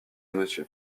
monsieur